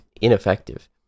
ineffective